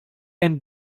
and